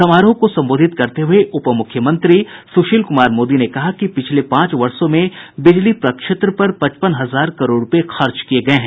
समारोह को संबोधित करते हुए उप मुख्यमंत्री सुशील कुमार मोदी ने कहा कि पिछले पांच वर्षो में बिजली प्रक्षेत्र पर पचपन हजार करोड़ रूपये खर्च किये गये हैं